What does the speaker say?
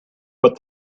but